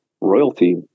royalty